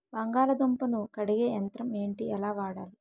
బంగాళదుంప ను కడిగే యంత్రం ఏంటి? ఎలా వాడాలి?